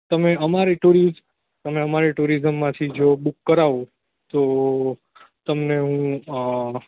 તમે અમારી ટોરી તમે અમારી ટોરિકમમાંથી જો બૂક કરાવો તો તમને હું